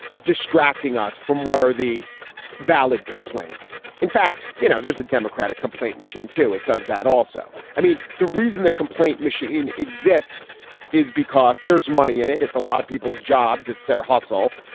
distracting us from what are the valid complaints? in fact, you know, there's a democratic complaint machine to it. does that also i mean, the reason the complaint machine exists is because there's money in it. it's a lot of people's jobs. it's their hustle.